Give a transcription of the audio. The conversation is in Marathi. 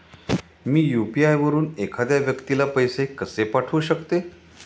मी यु.पी.आय वापरून एखाद्या व्यक्तीला पैसे कसे पाठवू शकते?